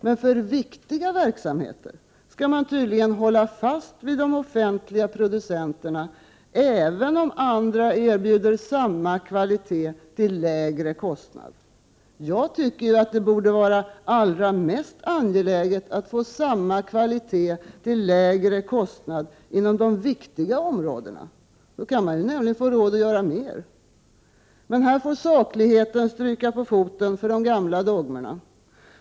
Men för viktiga verksamheter skall man tydligen hålla fast vid de offentliga producenterna, även om andra erbjuder samma kvalitet till lägre kostnad. Jag tycker det bör vara allra mest angeläget att få samma kvalitet till lägre kostnad inom viktiga områden. Då kan man nämligen få råd att göra mer. Men här får sakligheten stryka på foten för de gamla dogmerna.